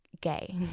gay